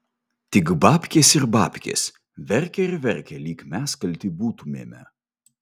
tik babkės ir babkės verkia ir verkia lyg mes kalti būtumėme